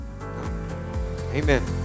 Amen